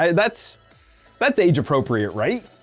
um that's that's age appropriate right?